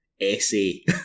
essay